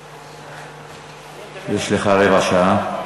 יש לך רבע שעה.